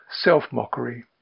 self-mockery